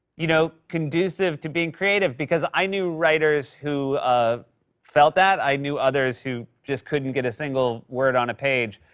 you know, conducive to being creative? because i knew writers who felt felt that. i knew others who just couldn't get a single word on a page.